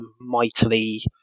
mightily